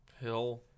Hill